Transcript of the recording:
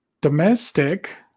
domestic